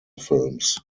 films